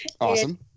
Awesome